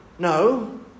No